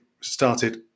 started